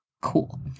Cool